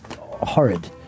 horrid